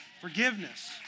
Forgiveness